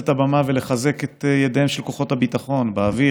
יש יחידה כזאת, והיא מבוטלת מ-1 ביולי.